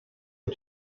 est